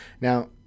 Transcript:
Now